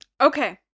Okay